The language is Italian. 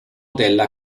della